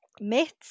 myths